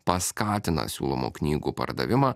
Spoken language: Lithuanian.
paskatina siūlomų knygų pardavimą